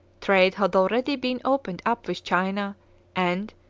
trade had already been opened up with china and,